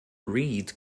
read